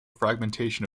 fragmentation